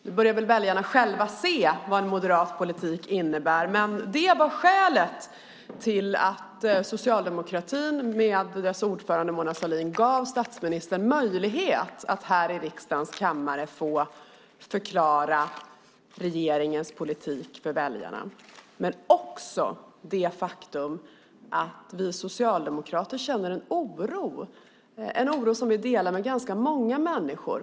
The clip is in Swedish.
Nu börjar väl väljarna själva se vad en moderat politik innebär, men det var skälet till att socialdemokratin med sin ordförande Mona Sahlin gav statsministern möjlighet att här i riksdagens kammare få förklara regeringens politik för väljarna. Det var också på grund av det faktum att vi socialdemokrater känner en oro som vi delar med ganska många människor.